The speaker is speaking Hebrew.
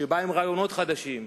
שבא עם רעיונות חדשים,